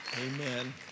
Amen